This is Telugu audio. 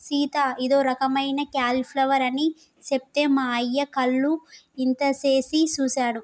సీత ఇదో రకమైన క్యాలీఫ్లవర్ అని సెప్తే మా అయ్య కళ్ళు ఇంతనేసి సుసాడు